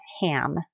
Ham